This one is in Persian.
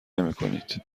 نمیکنید